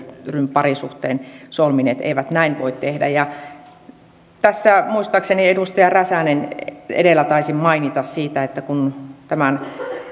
parisuhteen solmineet eivät näin voi tehdä ja muistaakseni edustaja räsänen edellä taisi mainita siitä että kun tämän